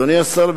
אדוני השר,